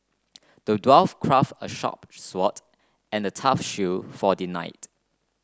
the dwarf craft a sharp sword and a tough shield for the knight